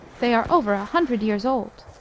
they are over a hundred years old,